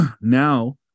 now